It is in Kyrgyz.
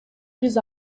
биз